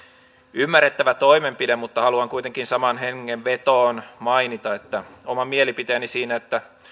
ymmärrettävä toimenpide mutta haluan kuitenkin samaan hengenvetoon mainita oman mielipiteeni